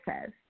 says